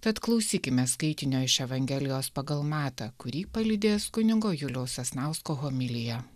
tad klausykime skaitinio iš evangelijos pagal matą kurį palydės kunigo juliaus sasnausko homilija